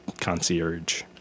concierge